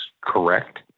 correct